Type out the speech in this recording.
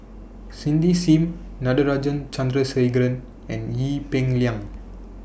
Cindy SIM Natarajan Chandrasekaran and Ee Peng Liang